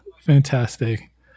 Fantastic